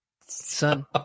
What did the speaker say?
Son